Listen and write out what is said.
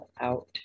out